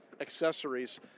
accessories